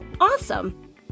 awesome